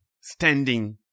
standing